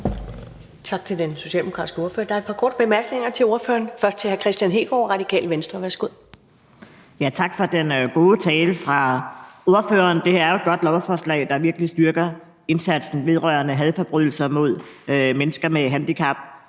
Tak til den socialdemokratiske ordfører. Der er et par korte bemærkninger til ordføreren. Det er først fra hr. Kristian Hegaard, Radikale Venstre. Værsgo. Kl. 10:08 Kristian Hegaard (RV): Tak for ordførerens gode tale. Det er jo et godt lovforslag, der virkelig styrker indsatsen over for hadforbrydelser mod mennesker med handicap.